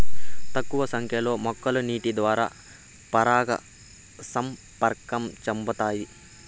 తక్కువ సంఖ్య లో మొక్కలు నీటి ద్వారా పరాగ సంపర్కం చెందుతాయి